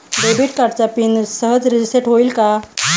Debit कार्डचा PIN सहज reset होईल का?